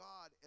God